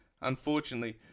unfortunately